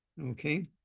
okay